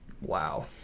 wow